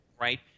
right